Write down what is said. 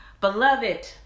Beloved